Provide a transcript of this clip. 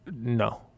No